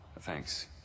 Thanks